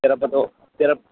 Tirupati తిరప్